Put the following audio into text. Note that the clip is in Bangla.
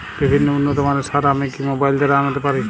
বিভিন্ন উন্নতমানের সার আমি কি মোবাইল দ্বারা আনাতে পারি?